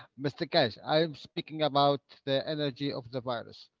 mr. keshe, i am speaking about the energy of the virus.